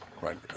Right